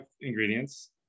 ingredients